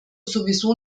sowieso